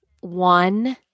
one